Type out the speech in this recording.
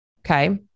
okay